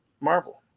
Marvel